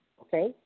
Okay